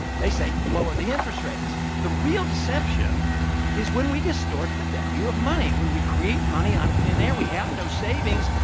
they say lower the interest rates. the real deception is when we distort the value of money. when we create money out of thin air, we have no savings.